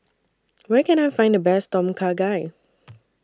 Where Can I Find The Best Tom Kha Gai